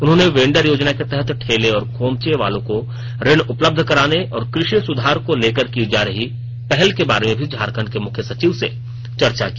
उन्होंने वेंडर योजना के तहत ठेले और खोमचे वालों को ऋण उपलब्ध कराने और कृषि सुधार को लेकर की जा रही पहल के बारे में भी झारखंड के मुख्य सचिव से चर्चा की